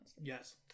Yes